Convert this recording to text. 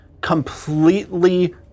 completely